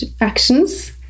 actions